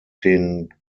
den